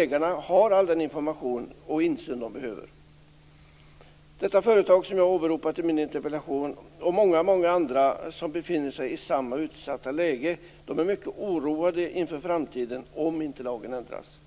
Ägarna har all den information och insyn de behöver. Det företag som jag har åberopat i min interpellation, och många andra som befinner sig i samma utsatta läge, är mycket oroade inför framtiden om inte lagen ändras.